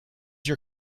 your